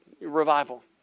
revival